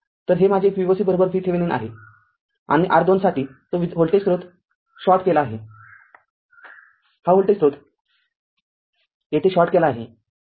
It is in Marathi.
तर हे माझे Voc VThevenin आहे आणि R२ साठी तो व्होल्टेज स्रोत शॉर्ट केला आहे हा व्होल्टेज स्रोत येथे शॉर्ट केला आहेहा व्होल्टेज स्रोत येथे शॉर्ट केला आहे